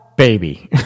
Baby